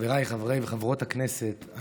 חבריי חברי וחברות הכנסת,